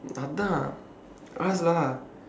அதான்:athaan ask lah